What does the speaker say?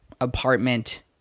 apartment